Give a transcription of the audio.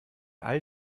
all